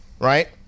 right